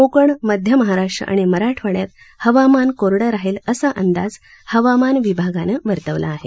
कोकण मध्य महाराष्ट्र आणि मराठवाङ्यात हवामान कोरडं राहील असा अंदाज हवामान विभागानं वर्तवला आहे